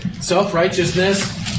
Self-righteousness